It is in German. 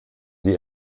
die